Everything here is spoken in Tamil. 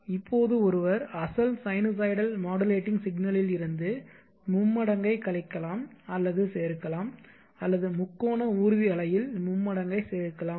இப்போது ஒருவர் அசல் சைனூசாய்டல் மாடுலேட்டிங் சிக்னலில் இருந்து மும்மடங்கைக் கழிக்கலாம் அல்லது சேர்க்கலாம் அல்லது முக்கோண ஊர்தி அலையில் மும்மடங்கைச் சேர்க்கலாம்